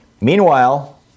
Meanwhile